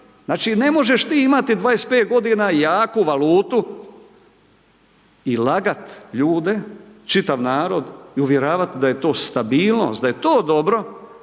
Znači, ne možeš ti imati 25 godina jaku valutu i lagati ljude, čitav narod i uvjeravati da je to stabilnost, da je to dobro,